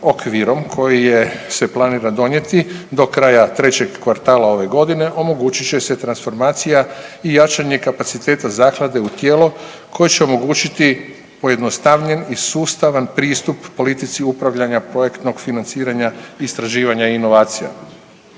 okvirom koji je, se planira donijeti do kraja trećeg kvartala ove godine omogućit će se transformacija i jačanje kapaciteta zaklade u tijelo koje će omogućiti pojednostavljen i sustavan pristup politici upravljanja projektnog financiranja, istraživanja i inovacija.